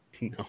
No